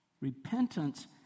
Repentance